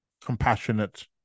compassionate